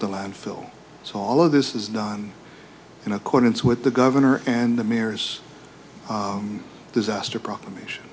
the landfill so all of this is done in accordance with the governor and the mayor's disaster proclamation